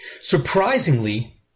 Surprisingly